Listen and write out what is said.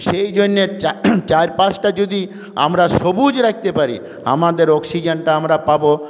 সেই জন্যে চারপাশটা যদি আমরা সবুজ রাখতে পারি আমাদের অক্সিজেনটা আমরা পাব